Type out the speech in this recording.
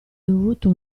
dovuto